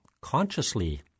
consciously